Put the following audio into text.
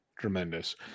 tremendous